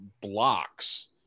blocks